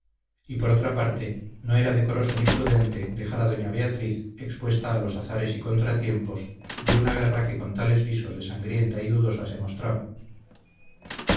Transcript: y por otra parte no era decoroso ni prudente dejar a doña beatriz expuesta a los azares y contratiempos de una guerra que con tales visos de sangrienta y dudosa se mostraba